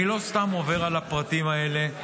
אני לא סתם עובר על הפרטים האלה,